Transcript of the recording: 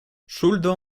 ŝuldo